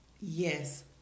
yes